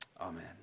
Amen